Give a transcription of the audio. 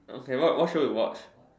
okay what what show you watch